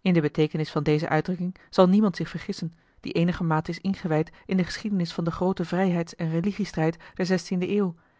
in de beteekenis van deze uitdrukking zal niemand zich vergissen die eenigermate is ingewijd in de geschiedenis van den grooten vrijheids en religiestrijd der de eeuw